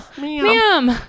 Ma'am